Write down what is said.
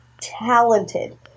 talented